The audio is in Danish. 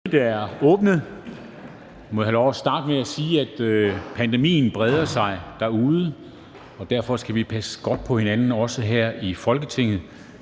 Mødet er åbnet. Må jeg have lov at starte med at sige, at pandemien breder sig derude, og derfor skal vi passe godt på hinanden også her i Folketinget.